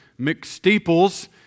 McSteeples